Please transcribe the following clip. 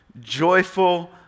joyful